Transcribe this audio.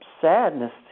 sadness